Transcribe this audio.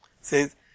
says